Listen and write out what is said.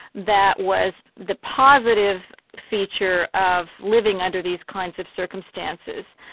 that was the positive feature of living under these kinds of circumstances.